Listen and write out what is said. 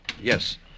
Yes